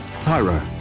Tyro